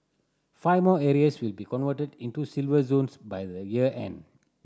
five more areas will be converted into Silver Zones by the year end